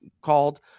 called